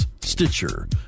Stitcher